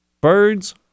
Birds